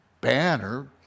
banner